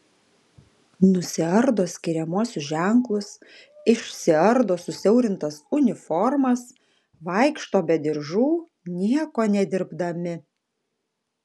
nusiardo skiriamuosius ženklus išsiardo susiaurintas uniformas vaikšto be diržų nieko nedirbdami